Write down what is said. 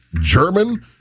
German